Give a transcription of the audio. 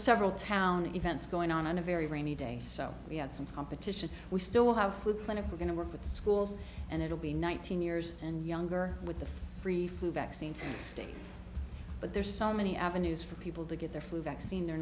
several town events going on on a very rainy day so we had some competition we still have plentiful going to work with schools and it'll be nineteen years and younger with the free flu vaccine for states but there's so many avenues for people to get their flu vaccine they're